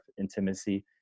intimacy